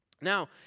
Now